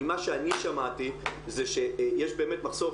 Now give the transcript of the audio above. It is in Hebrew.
ממה שאני שמעתי שיש באמת מחסור,